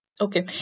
Okay